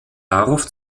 darauf